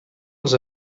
als